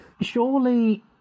Surely